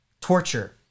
torture